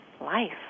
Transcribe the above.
life